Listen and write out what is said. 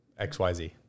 XYZ